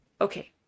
okay